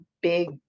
big